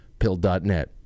pill.net